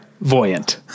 Voyant